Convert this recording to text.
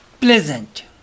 Pleasant